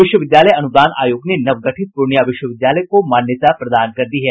विश्वविद्यालय अनुदान आयोग ने नवगठित पूर्णिया विश्वविद्यालय को मान्यता प्रदान कर दी है